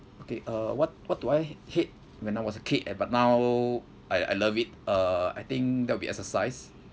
okay uh what what do I hate when I was a kid and but now I I love it uh I think that'll be exercise